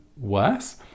worse